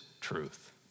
truth